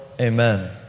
Amen